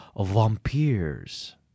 Vampires